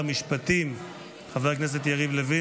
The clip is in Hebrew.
חבר הכנסת קריב.